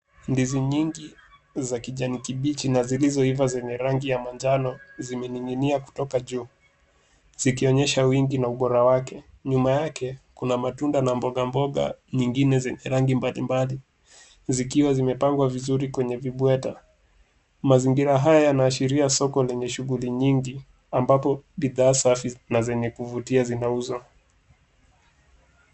Ndizi nyingi za kijani kibichi na zilizoiva zenye rangi ya majano zimening'inia kutoka juu zikionyesha wingi na ubora wake. Nyuma yake kuna matunda na mboga mboga nyingine zenye rangi mbalimbali zikiwa zimepangwa vizuri kwenye vibweta. Mazingira haya yanaashiria soko yenye shughuli nyingi ambapo bidhaa safi na zenye kuvutia zinauzwa.